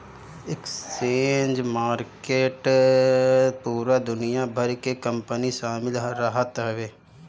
exchange market पूरा दुनिया भर के कंपनी शामिल रहत हवे